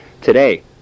today